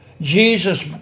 Jesus